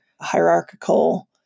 hierarchical